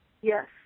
Yes